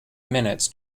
minutes